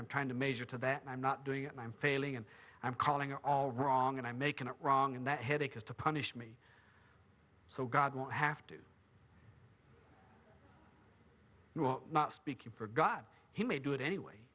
i'm trying to measure to that i'm not doing and i'm failing and i'm calling all wrong and i'm making a wrong in that headache is to punish me so god won't have to you are not speaking for god he may do it anyway